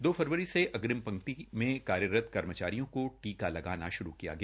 दो फरवरी से अग्रिम पंक्ति में कार्यरत कर्मचारियों को टीका लगाना श्रू किया गया